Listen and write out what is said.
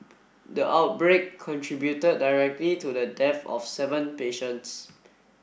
the outbreak contributed directly to the death of seven patients